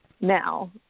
Now